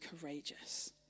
courageous